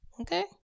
okay